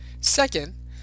Second